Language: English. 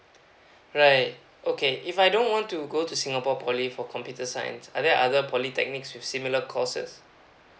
right okay if I don't want to go to singapore poly for computer science are there other polytechnics with similar courses